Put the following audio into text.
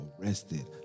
arrested